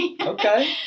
Okay